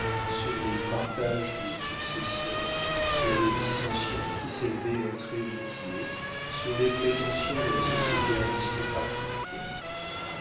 sur les partages de successions sur les dissensions qui s'élevaient entre héritiers sur les prétentions de la société aristocratique